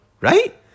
right